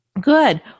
good